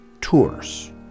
Tours